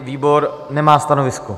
Výbor nemá stanovisko.